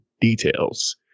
details